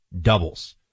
doubles